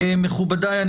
מכובדיי,